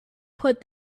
put